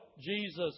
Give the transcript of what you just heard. Jesus